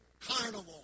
Carnival